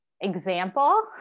example